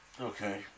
Okay